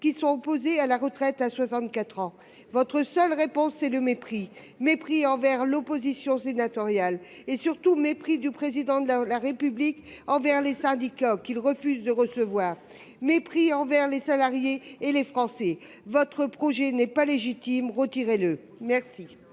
actifs opposés à la retraite à 64 ans, votre seule réponse, c'est le mépris : mépris envers l'opposition sénatoriale, mépris, surtout, du Président de la République envers les syndicats, qu'il refuse de recevoir, mépris envers les salariés et les Français. Votre projet n'est pas légitime. Retirez-le !